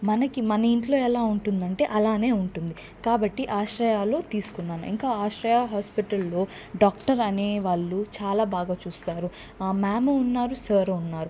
మనకు మన ఇంట్లో ఎలా ఉంటుందంటే అలానే ఉంటుంది కాబట్టి ఆశ్రయాల్లో తీసుకున్నాను ఇంకా ఆశ్రయ హాస్పిటల్ లో డాక్టర్ అనే వాళ్ళు చాలా బాగా చూస్తారు ఉన్నారు మ్యాము ఉన్నారు సారు ఉన్నారు